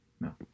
No